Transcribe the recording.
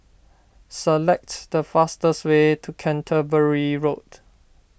select the fastest way to Canterbury Road